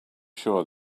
sure